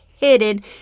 hidden